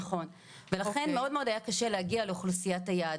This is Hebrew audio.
נכון ולכן מאוד מאוד היה קשה להגיד לאוכלוסיית היעד.